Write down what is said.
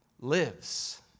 lives